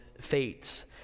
fates